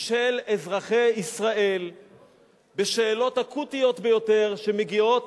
של אזרחי ישראל בשאלות אקוטיות ביותר שמגיעות